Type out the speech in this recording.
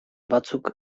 batzuk